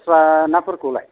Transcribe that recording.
दस्रा ना फोरखौलाय